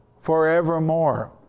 Forevermore